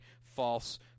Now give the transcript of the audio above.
false